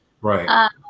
Right